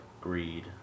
greed